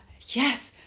yes